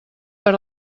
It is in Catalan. per